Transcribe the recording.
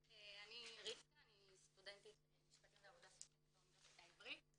אני סטודנטית למשפטים ועבודה סוציאלית באוניברסיטה העברית.